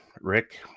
Rick